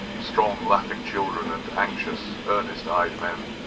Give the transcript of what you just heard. strong laughing children, and anxious earnest-eyed men.